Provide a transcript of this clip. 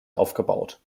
aufgebaut